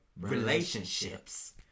Relationships